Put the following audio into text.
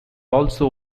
also